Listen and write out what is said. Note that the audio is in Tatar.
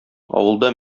авылда